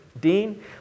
Dean